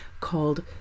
called